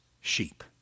sheep